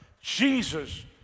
Jesus